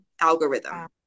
algorithm